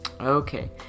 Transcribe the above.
Okay